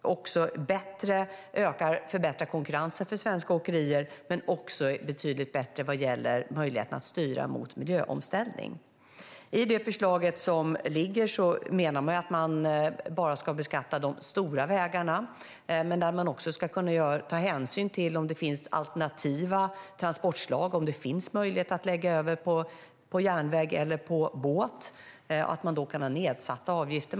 Det är bättre för svenska åkeriers konkurrenskraft och är betydligt bättre vad gäller möjligheten att styra mot miljöomställning. Enligt det förslag som ligger ska man bara beskatta de stora vägarna, men man ska också kunna ta hänsyn till om det finns alternativa transportslag och om det finns möjlighet att lägga över på järnväg eller på båt. Man kan då ha nedsatta avgifter.